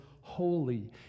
holy